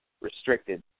restricted